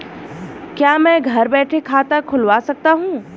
क्या मैं घर बैठे खाता खुलवा सकता हूँ?